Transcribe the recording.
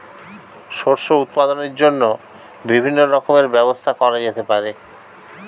শস্য উৎপাদনের জন্য বিভিন্ন রকমের ব্যবস্থা করা যেতে পারে